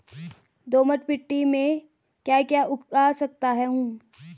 दोमट मिट्टी में म ैं क्या क्या उगा सकता हूँ?